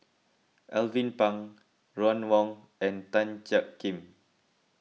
Alvin Pang Ron Wong and Tan Jiak Kim